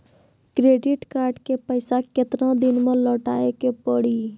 Credit card के पैसा केतना दिन मे लौटाए के पड़ी?